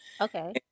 Okay